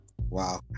Wow